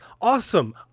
awesome